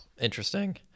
Interesting